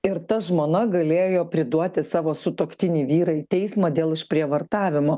ir ta žmona galėjo priduoti savo sutuoktinį vyrą į teismą dėl išprievartavimo